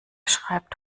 schreibt